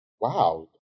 wow